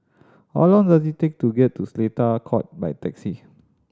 how long does it take to get to Seletar Court by taxi